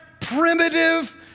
primitive